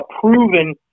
proven